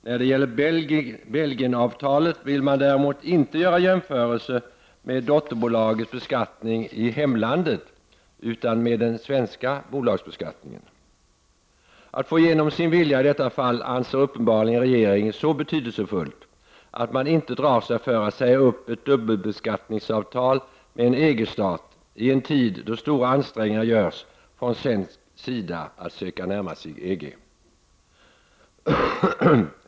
När det gäller Belgienavtalet vill man däremot inte göra jämförelsen med dotterbolagets beskattning i hemlandet utan med den svenska bolagsbeskattningen. Att få igenom sin vilja i detta fall anser uppenbarligen regeringen vara så betydelsefullt att man inte drar sig för att säga upp ett dubbelbeskattningsavtal med en EG-stat, i en tid då stora ansträngningar görs från svensk sida att söka närma sig EG.